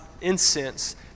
incense